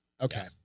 okay